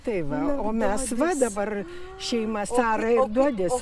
tai va o mes va dabar šeima sara ir dodis